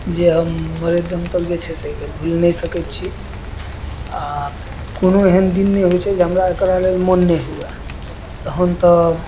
जे हम मरै दम तक जे छै से एहिके भूलि नहि सकैत छी आ कोनो एहन दिन नहि होइ छै जे हमरा एकरा लेल मोन नहि हुए तहन तऽ